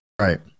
Right